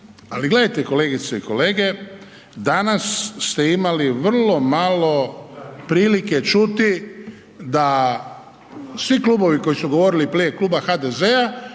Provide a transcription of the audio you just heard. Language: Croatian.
Ali gledajte kolegice i kolege, danas ste imali vrlo malo prilike čuti da svi klubovi koji su govorili prije Kluba HDZ-a